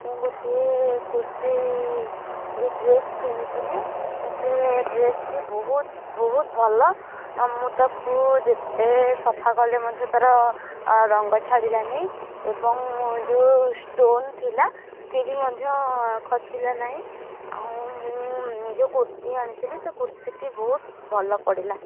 ମୁଁ ଗୋଟିଏ କୁର୍ତ୍ତି ଏ ଡ୍ରେସ୍ କିଣିଥିଲି ସେ ଡ୍ରେସ୍ଟି ବହୁତ ବହୁତ ଭଲ ମୁଁ ତାକୁ ଯେତେ ସଫା କଲେ ମଧ୍ୟ ତାର ରଙ୍ଗ ଛାଡ଼ିଲାନି ଏବଂ ଯୋଉ ଷ୍ଟୋନ୍ ଥିଲା ସିଏ ବି ମଧ୍ୟ ଖସିଲା ନାହିଁ ଆଉ ମୁଁ ଯେଉଁ କୁର୍ତ୍ତିଟି ଆଣିଥିଲି ସେ କୁର୍ତ୍ତିଟି ବହୁତ ଭଲ ପଡ଼ିଲା